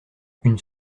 une